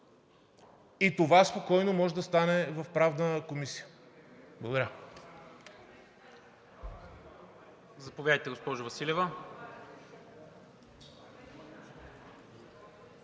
Това спокойно може да стане в Правната комисия. Благодаря.